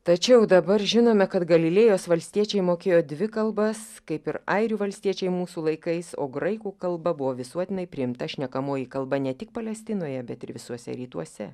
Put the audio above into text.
tačiau dabar žinome kad galilėjos valstiečiai mokėjo dvi kalbas kaip ir airių valstiečiai mūsų laikais o graikų kalba buvo visuotinai priimta šnekamoji kalba ne tik palestinoje bet ir visuose rytuose